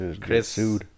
Chris